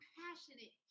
passionate